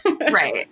Right